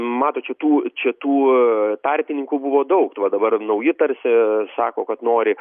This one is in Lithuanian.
matot čia tų čia tų tarpininkų buvo daug vat dabar nauji tarsi sako kad nori